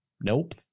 nope